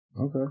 Okay